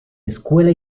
escuela